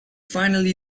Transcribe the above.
finally